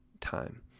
time